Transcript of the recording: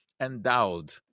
endowed